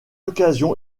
occasion